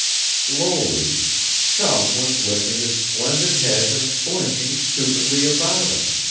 slowly chum was lifting his splendid head and blinking stupidly about him!